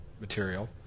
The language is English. material